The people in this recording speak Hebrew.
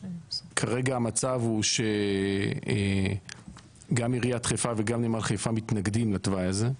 וכרגע המצב הוא שגם עיריית חיפה וגם נמל חיפה מתנגדים לתוואי הזה.